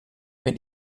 wenn